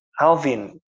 Alvin